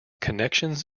connections